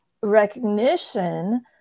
recognition